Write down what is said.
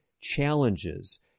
challenges